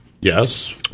Yes